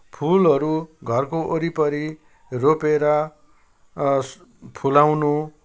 फुलहरू घरको वरिपरि रोपेर फुलाउनु